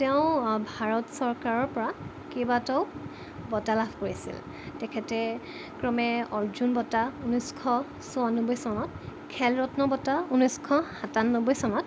তেওঁ ভাৰত চৰকাৰৰ পৰা কেইবাটাও বঁটা লাভ কৰিছিল তেখেতে ক্ৰমে অৰ্জুন বঁটা ঊনৈছশ চৌৰান্নব্বৈ চনত খেল ৰত্ন বঁটা ঊনৈছশ সাতান্নব্বৈ চনত